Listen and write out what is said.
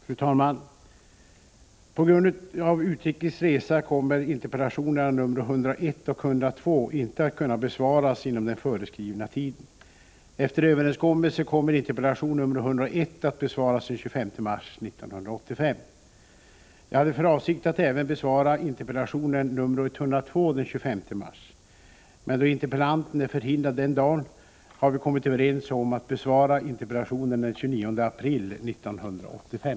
Fru talman! På grund av utrikes resa kommer interpellationerna nr 101 och 102 inte att kunna besvaras inom den föreskrivna tiden. Jag hade för avsikt att även besvara interpellation nr 102 den 25 mars, men då interpellanten är förhindrad den dagen har vi kommit överens om att interpellationen skall besvaras den 29 april.